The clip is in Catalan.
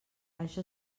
això